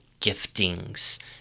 giftings